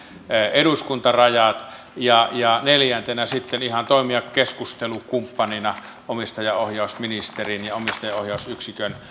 eduskuntarajat ja ja neljäntenä sitten ihan toimiminen keskustelukumppanina omistajaohjausministerin ja omistajaohjausyksikön